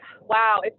Wow